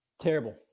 terrible